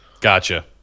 Gotcha